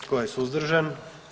Tko je suzdržan?